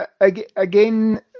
again